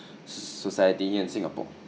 society in singapore